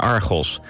Argos